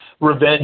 revenge